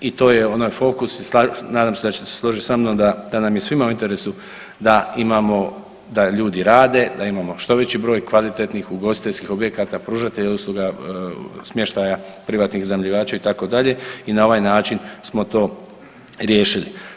I to je onaj fokus, nadam se da ćete se složiti sa mnom da nam je svima u interesu da imamo, da ljudi rade, da imamo što veći broj kvalitetnih ugostiteljskih objekata, pružatelja usluga smještaja privatnih iznajmljivača itd. i na ovaj način smo to riješili.